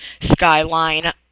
skyline